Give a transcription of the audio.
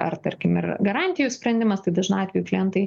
ar tarkim ir garantijų sprendimas tai dažnu atveju klientai